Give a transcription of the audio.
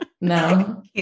No